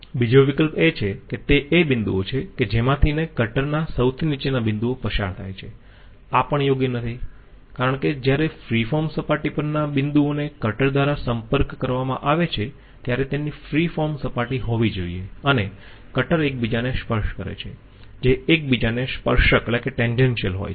બીજો વિકલ્પ એ છે કે તે એ બિંદુઓ છે કે જેમાંથી ને કટરના સૌથી નીચેના બિંદુઓ પસાર થાય છે આ પણ યોગ્ય નથી કારણ કે જ્યારે ફ્રી ફોર્મ સપાટી પરના બિંદુઓને કટર દ્વારા સંપર્ક કરવામાં આવે છે ત્યારે તેની ફ્રી ફોર્મ સપાટી હોવી જોઈયે અને કટર એકબીજાને સ્પર્શ કરે છે જે એક બીજા ને સ્પર્શક હોય છે